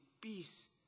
Peace